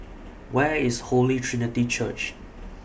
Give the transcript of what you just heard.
Where IS Holy Trinity Church